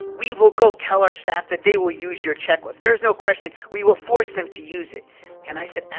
we will go tell our staff that they will use your checklist. there is no question. we will force them to use it and i said,